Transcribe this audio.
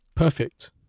Perfect